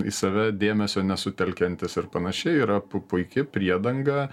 į save dėmesio nesutelkiantis ir panašiai yra pu puiki priedanga